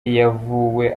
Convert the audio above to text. yavuwe